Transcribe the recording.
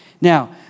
Now